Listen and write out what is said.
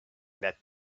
that